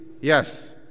Yes